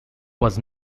was